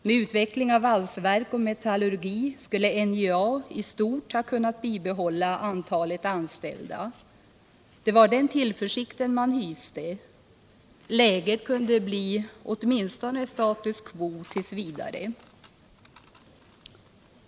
Med utveckling av valsverk och metallurgi skulle NJA i stort ha kunnat bibehålla antalet anställda. Det var den tillförsikten man hyste. Läget kunde bli åtminstone status quo t. v.